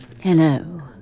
Hello